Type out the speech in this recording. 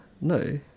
No